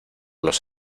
los